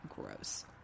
gross